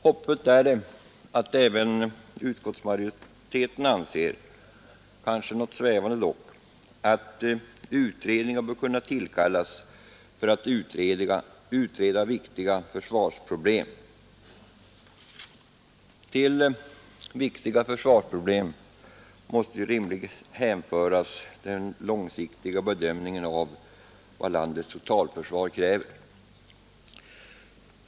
Hoppfullt är vidare att även utskottsmajoriteten om också något svävande anser att utredningar bör kunna tillkallas för att utreda viktiga försvarsproblem. Och till de viktiga försvarsproblemen måste rimligen hänföras den långsiktiga bedömningen av vad landets totalförsvar kräver.